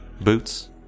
boots